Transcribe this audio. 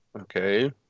okay